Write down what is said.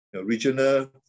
Regional